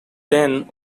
then